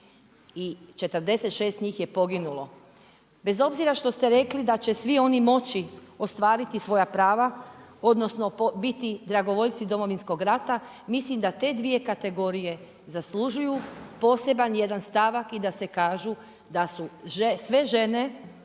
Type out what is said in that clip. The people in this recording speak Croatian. i 46 njih je poginulo. Bez obzira što ste rekli da će svi oni moći ostvariti svoja prava odnosno biti dragovoljci Domovinskog rata, mislim da te dvije kategorije zaslužuju poseban jedan stavak i da se kaže da su sve žene